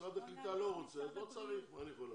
משרד הקליטה לא רוצה, לא צריך, מה אני יכול לעשות?